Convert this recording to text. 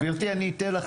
גברתי, אני אתן לך.